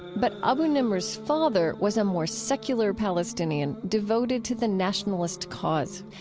but abu-nimer's father was a more secular palestinian, devoted to the nationalist cause.